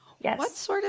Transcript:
Yes